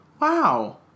wow